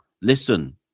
Listen